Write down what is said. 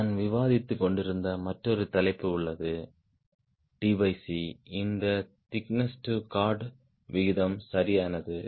நான் விவாதித்துக் கொண்டிருந்த மற்றொரு தலைப்பு உள்ளது இந்த திக்கனஸ் டு கார்ட் விகிதம் சரியானது